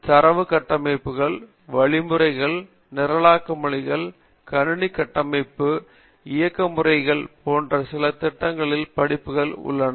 காமகோடி தரவு கட்டமைப்புகள் வழிமுறைகள் நிரலாக்க மொழிகள் கணினி கட்டமைப்பு இயக்க முறைமைகள் போன்ற சில முக்கிய படிப்புகள் உள்ளன